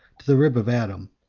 to the rib of adam,